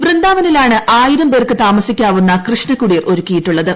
വൃന്ദാവനിലാണ് ആയിരം പേർക്ക് താമസിക്കാവുന്ന കൃഷ്ണകുടീർ ഒരുക്കിയിട്ടുള്ളത്